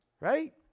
right